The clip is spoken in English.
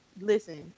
Listen